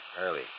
early